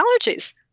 allergies